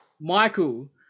Michael